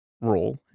role